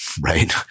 right